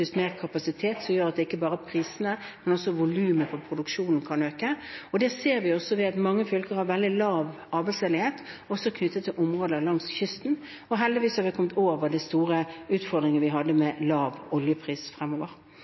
mer kapasitet som gjør at ikke bare prisene, men også volumet på produksjonen kan øke. Det ser vi ved at mange fylker har veldig lav arbeidsledighet – også i områder langs kysten. Heldigvis har vi kommet over de store utfordringene vi hadde med lav oljepris.